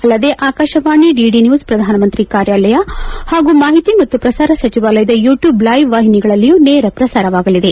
ಅಲ್ಲದೆ Akashvani DD news ಪ್ರಧಾನಮಂತ್ರಿ ಕಾರ್ಯಾಲಯ ಹಾಗೂ ಮಾಹಿತಿ ಮತ್ತು ಪ್ರಸಾರ ಸಚಿವಾಲಯದ ಯೂಟ್ಲೂಬ್ ಲೈವ್ ವಾಹಿನಿಗಳಲ್ಲಿಯೂ ನೇರ ಪ್ರಸಾರವಾಗಲಿದೆ